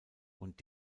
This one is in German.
und